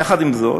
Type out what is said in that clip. יחד עם זאת,